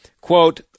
quote